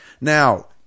Now